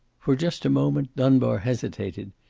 for just a moment dunbar hesitated.